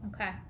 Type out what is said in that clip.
Okay